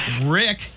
Rick